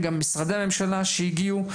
גם למשרדי הממשלה שהגיעו.